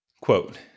quote